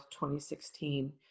2016